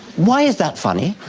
why is that funny?